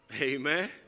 Amen